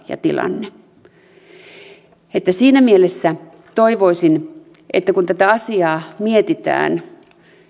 ja tilanne siinä mielessä toivoisin että kun tätä asiaa mietitään